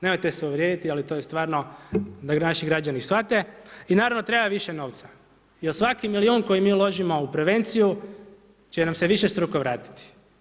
Nemojte se uvrijediti, ali to je stvarno da naši građani shvate i naravno, treba više novca jer svaki milion koji mi uložimo u prevenciju će nam se višestruko vratiti.